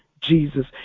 Jesus